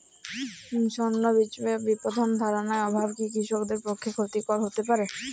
স্বচ্ছ বিপণন ধারণার অভাব কি কৃষকদের পক্ষে ক্ষতিকর হতে পারে?